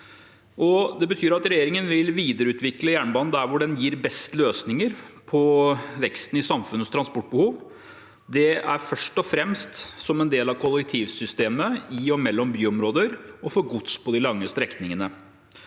Det betyr at regjeringen vil videreutvikle jernbanen der hvor den gir best løsninger på veksten i samfunnets transportbehov. Det er først og fremst som en del av kollektivsystemet i og mellom byområder og for gods på de lange strekningene.